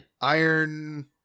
iron